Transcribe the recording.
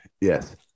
Yes